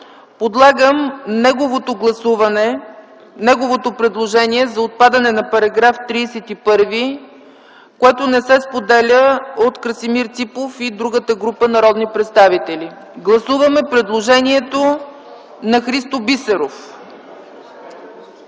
подлагам на гласуване неговото предложение за отпадане на § 31, което не се споделя от Красимир Ципов и групата народни представители. Гласуваме предложението на Христо Бисеров.